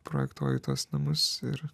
projektuoju tuos namus ir